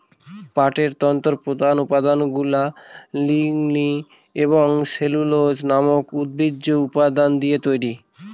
পাটের তন্তুর প্রধান উপাদানগুলা লিগনিন এবং সেলুলোজ নামক উদ্ভিজ্জ উপাদান দিয়ে তৈরি